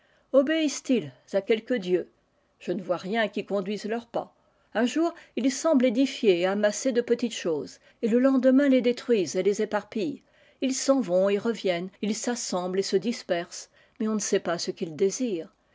obéissent ils à quelque dieu je ne vois rien qui conduise leurs pas un jour ils semblent édifier et amasser de petites choses et le lendemain les détruisent et les éparpillent us s'en vont et reviennent ils s'assemblent et se dispersent mais on ne sait ce qu'ils désirent